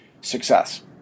success